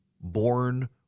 born